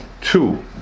Two